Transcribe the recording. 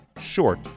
short